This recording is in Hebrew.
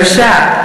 שלושה.